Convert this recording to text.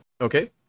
Okay